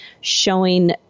showing